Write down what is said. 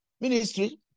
ministry